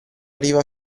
arriva